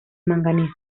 manganeso